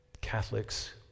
Catholics